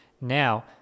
Now